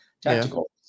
Tactical